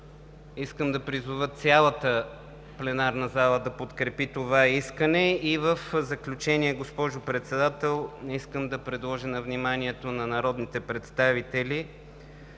Искам да призова цялата пленарна зала да подкрепи това искане. В заключение, госпожо Председател, искам да предложа на вниманието на народните представители